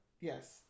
Yes